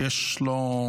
על